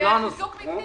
זה חיזוק מבנים.